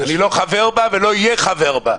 אני לא חבר בה ולא אהיה חבר בה.